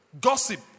gossip